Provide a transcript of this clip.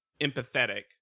empathetic